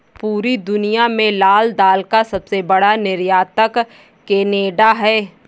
पूरी दुनिया में लाल दाल का सबसे बड़ा निर्यातक केनेडा है